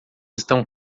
estão